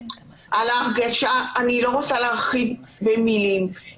אני לא רוצה להרחיב במילים על ההרגשה.